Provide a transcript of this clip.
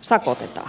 sakotetaan